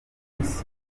isi